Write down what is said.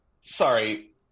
Sorry